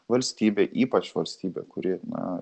valstybė ypač valstybė kuri na